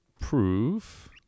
proof